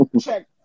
check